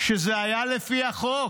שזה היה לפי החוק.